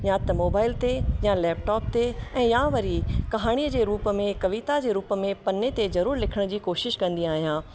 या त मोबाइल ते या लैपटोप ते ऐं या वरी कहाणीअ जे रूप में कविता जे रूप में पन्ने ते ज़रूरु लिखण जी कोशिश कंदी आहियां